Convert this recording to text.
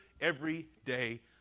everyday